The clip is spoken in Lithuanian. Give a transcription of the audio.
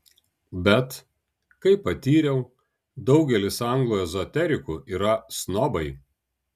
bet kaip patyriau daugelis anglų ezoterikų yra snobai